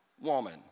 woman